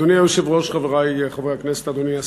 אדוני היושב-ראש, חברי חברי הכנסת, אדוני השר,